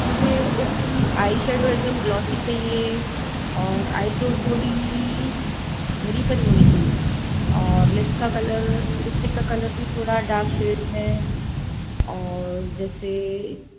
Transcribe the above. मुझे उसकी eye shadow एकदम ग्लॉसी चाहिए और आईब्रो थोड़ी भरी भरी होनी चाहिए और लिप्स का कलर लिपस्टिक का कलर भी थोड़ा डार्क शेड में और जैसे